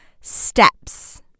steps